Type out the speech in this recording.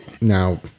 now